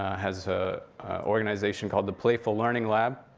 has a organization called the playful learning lab.